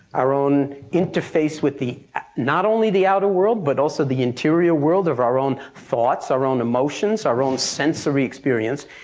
our own interface with not only the outer world but also the interior world of our own thoughts, our own emotions, our own sensory experience,